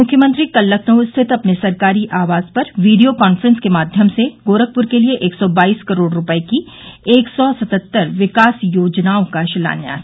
मुख्यमंत्री ने कल लखनऊ स्थित अपने सरकारी आवास पर वीडियो कान्फ्रेंस के माध्यम से गोरखपुर के लिए एक सौ बाईस करोड़ रूपये की एक सौ सतहत्तर विकास योजनाओं का शिलान्यास किया